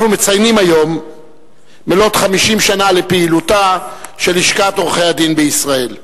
אנחנו מציינים היום מלאות 50 שנה לפעילותה של לשכת עורכי-הדין בישראל.